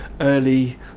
early